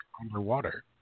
underwater